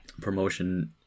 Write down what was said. promotion